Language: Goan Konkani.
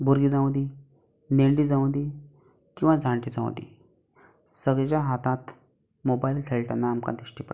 भुरगीं जावं दी नेण्टी जावं दी किंवा जाण्टी जावं दी सगळ्यांच्या हातांत मोबायल खेळटना आमकां दिश्टी पडटा